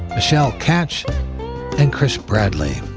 michelle catch and chris bradley.